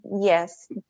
yes